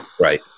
Right